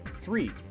Three